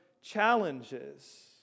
challenges